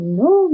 no